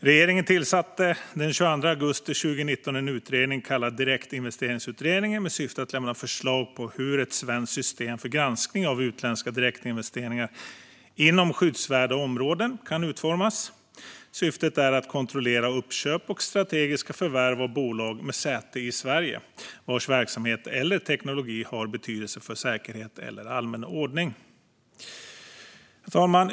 Regeringen tillsatte den 22 augusti 2019 en utredning kallad Direktinvesteringsutredningen med syfte att lämna förslag på hur ett svenskt system för granskning av utländska direktinvesteringar inom skyddsvärda områden kan utformas. Syftet är att kontrollera uppköp och strategiska förvärv av bolag med säte i Sverige vars verksamhet eller teknologi har betydelse för säkerhet eller allmän ordning. Herr talman!